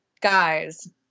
Guys